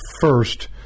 first